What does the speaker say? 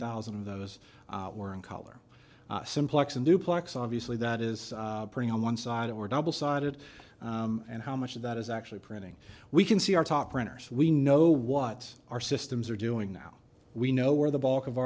thousand of those were in color simplex and duplex obviously that is pretty on one side or double sided and how much of that is actually printing we can see our talk printers we know what our systems are doing now we know where the balk